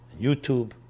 YouTube